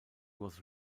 was